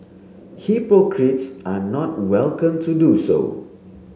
hypocrites are not welcome to do so